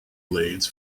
blades